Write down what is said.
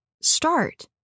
start